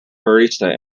barista